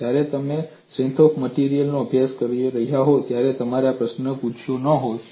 જ્યારે તમે strength of માટેરિયલ્સનો અભ્યાસક્રમ કર્યો હોય ત્યારે તમે આ પ્રશ્ન પૂછ્યો ન હોત